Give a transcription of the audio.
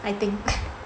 I think